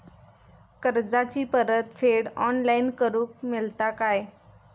कर्जाची परत फेड ऑनलाइन करूक मेलता काय?